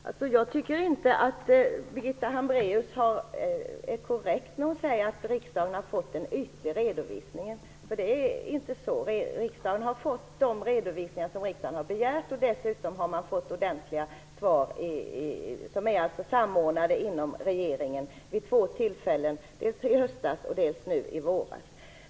Herr talman! Jag tycker inte att det är korrekt, som Birgitta Hambraeus säger, att riksdagen har fått en ytlig redovisning. Det är inte så. Riksdagen har fått de redovisningar som den har begärt och har dessutom vid två tillfällen, i höstas och nu under våren, fått ordentliga och inom regeringen samordnade svar.